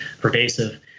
pervasive